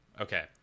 okay